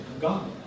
God